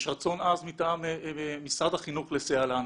יש רצון עז מטעם משרד החינוך לסייע לנו